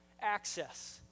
access